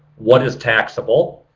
what is taxable?